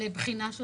לבחינה של